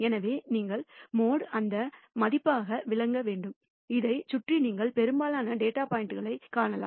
எனவே நீங்கள் மோடு அந்த மதிப்பாக விளக்க வேண்டும் அதைச் சுற்றி நீங்கள் பெரும்பாலான டேட்டா பாயிண்ட்களை காணலாம்